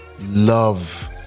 Love